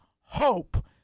hope